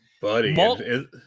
Buddy